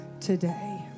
Today